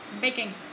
baking